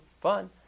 fun